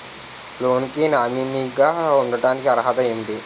Loan కి nominee గా ఉండటానికి అర్హత ఏమిటి?